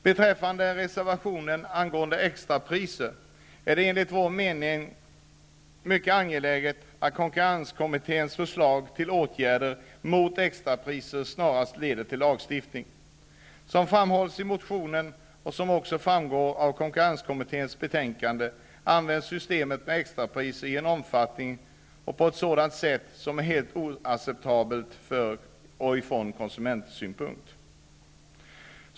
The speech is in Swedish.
Beträffande reservationen om extrapriser vill jag säga att det enligt vår mening är mycket angeläget att konkurrenskommitténs förslag till åtgärder mot extrapriser snarast leder till lagstiftning. Som framhålls i motionen, och det framgår också av konkurrenskommitténs betänkande, används systemet med extrapriser i en omfattning och på ett sådant sätt som är helt oacceptabelt från konsumentsynpunkt.